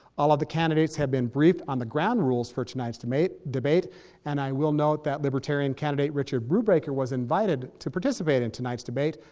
all of the candidates have been briefed on the ground rules for tonight's debate debate and i will note that libertarian candidate, richard brubaker, was invited to participate in tonight's debate,